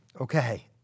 Okay